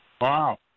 Wow